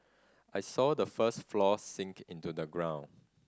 I saw the first floor sink into the ground